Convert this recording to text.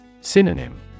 Synonym